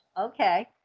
Okay